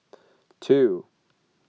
two